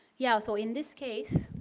yeah, so in this case